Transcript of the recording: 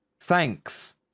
thanks